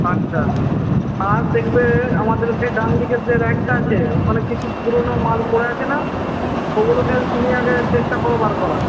আচ্ছা আর দেখবে আমাদের সেই ডান দিকের যে র্যাকটা আছে ওখানে কিছু পুরোনো মাল পড়ে আছে না ওগুলোকে তুমি আগে চেষ্টা করো বার করার